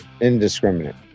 indiscriminate